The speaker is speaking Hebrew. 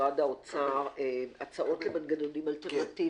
למשרד האוצר הצעות למנגנונים אלטרנטיביים.